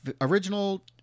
original